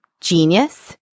genius